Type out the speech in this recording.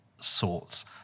sorts